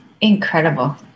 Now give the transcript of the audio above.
Incredible